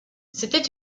c’était